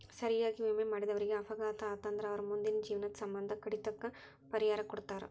ಸರಿಯಾಗಿ ವಿಮೆ ಮಾಡಿದವರೇಗ ಅಪಘಾತ ಆತಂದ್ರ ಅವರ್ ಮುಂದಿನ ಜೇವ್ನದ್ ಸಮ್ಮಂದ ಕಡಿತಕ್ಕ ಪರಿಹಾರಾ ಕೊಡ್ತಾರ್